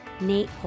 Nate